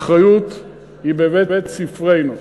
האחריות היא בבית-ספרנו.